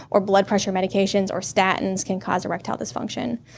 or blood pressure medications, or statins, can cause erectile dysfunction.